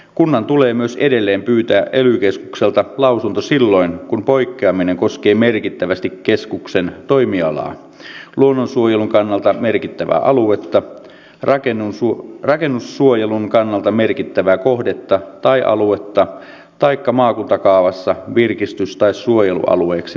kunnan tulee myös edelleen pyytää ely keskukselta lausunto silloin kun poikkeaminen koskee merkittävästi keskuksen toimialaa luonnonsuojelun kannalta merkittävää aluetta rakennussuojelun kannalta merkittävää kohdetta tai aluetta taikka maakuntakaavassa virkistys tai suojelualueeksi varattua aluetta